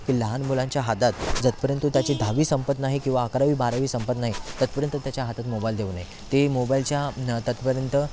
लहान मुलांच्या हातात जिथपर्यंत त्याची दहावी संपत नाही किंवा अकरावी बारावी संपत नाही तिथपर्यंत त्याच्या हातात मोबाईल देऊ नये ते मोबाईलच्या न तिथपर्यंत